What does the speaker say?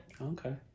Okay